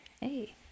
Hey